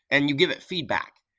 and you give it feedback.